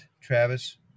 Travis